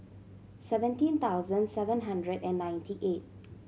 seventeen thousand seven hundred and ninety eight